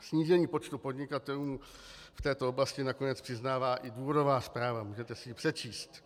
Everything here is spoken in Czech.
Snížení počtu podnikatelů v této oblasti nakonec přiznává i důvodová zpráva, můžete si ji přečíst.